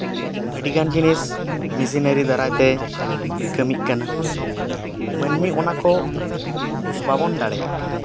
ᱟᱹᱰᱤᱜᱟᱱ ᱡᱤᱱᱤᱥ ᱢᱮᱥᱤᱱᱟᱹᱨᱤ ᱫᱟᱨᱟᱭᱛᱮ ᱠᱟᱹᱢᱤᱜ ᱠᱟᱱᱟ ᱢᱟᱹᱱᱢᱤ ᱚᱱᱟ ᱠᱚ ᱵᱟᱵᱚᱱ ᱫᱟᱲᱮᱭᱟᱜ ᱠᱟᱱᱟ